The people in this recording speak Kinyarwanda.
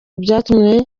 byatumye